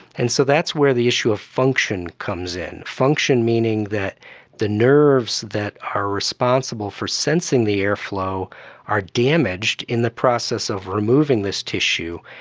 and so that's where the issue of function comes in, function meaning that the nerves that are responsible for sensing the airflow are damaged in the process of removing this tissue.